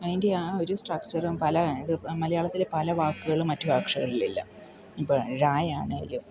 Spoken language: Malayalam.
അതിൻ്റെ ആ ഒരു സ്ട്രക്ച്ചറും പല ഇത് മലയാളത്തിൽ പല വാക്കുകളും മറ്റു ഭാഷകളിലില്ല ഇപ്പോൾ ഴ ആണെങ്കിലും